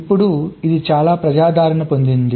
ఇప్పుడు ఇది చాలా ప్రజాదరణ పొందింది